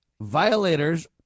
Violators